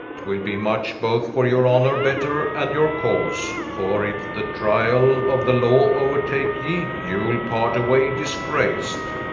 twill be much, both for your honour better, and your cause for if the tryall of the law o'retake ye, you'l part away disgrac'd